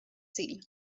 sul